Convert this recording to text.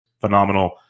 phenomenal